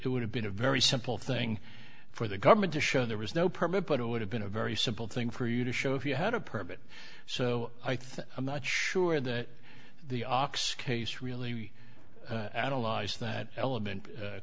it would have been a very simple thing for the government to show there was no permit but it would have been a very simple thing for you to show if you had a permit so i think i'm not sure that the ox case really add allies that element